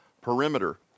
Perimeter